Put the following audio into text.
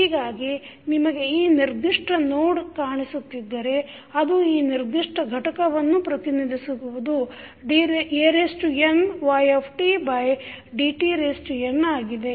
ಹೀಗಾಗಿ ನಿಮಗೆ ಈ ನಿರ್ಧಿಷ್ಟ ನೋಡ್ ಕಾಣಿಸುತ್ತಿದ್ದರೆ ಅದು ಈ ನಿರ್ಧಿಷ್ಟ ಘಟಕವನ್ನು ಪ್ರತಿನಿಧಿಸುವುದು dnydtn ಆಗಿದೆ